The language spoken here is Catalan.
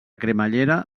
cremallera